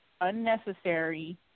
unnecessary